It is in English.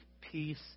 peace